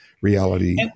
Reality